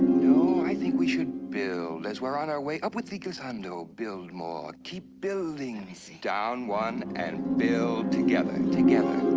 no, i think we should build. as we're on our way up with the glissando, build more. keep building. and so down one and build together. together.